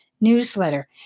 newsletter